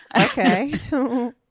Okay